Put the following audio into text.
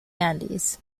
andes